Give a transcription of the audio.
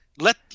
Let